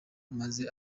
maze